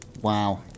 Wow